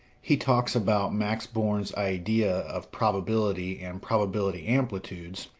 he talks about max born's idea of probability and probability amplitudes,